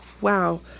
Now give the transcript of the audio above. wow